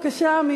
בבקשה.